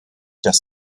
dass